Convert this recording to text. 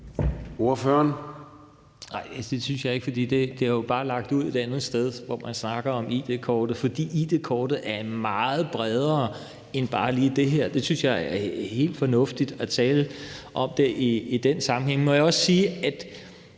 Valentin (V): Det synes jeg ikke, for det er jo bare lagt ud et sted, hvor man snakker om id-kortet.Id-kortet er meget bredere end bare lige det her. Jeg synes, det er helt fornuftigt at tale om det i den sammenhæng. Må jeg også sige, at